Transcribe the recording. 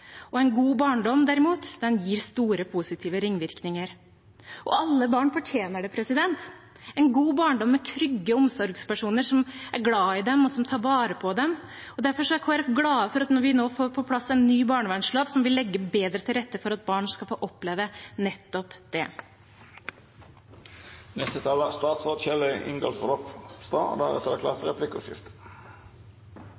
En god barndom derimot gir store positive ringvirkninger. Alle barn fortjener det – en god barndom med trygge omsorgspersoner, som er glad i dem, og som tar vare på dem. Derfor er Kristelig Folkeparti glad for at vi nå får på plass en ny barnevernslov, som vil legge bedre til rette for at barn skal få oppleve nettopp det. Dette er en stor og viktig dag, og det er